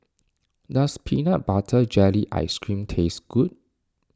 does Peanut Butter Jelly Ice Cream taste good